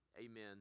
amen